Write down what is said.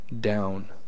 down